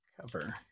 Cover